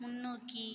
முன்னோக்கி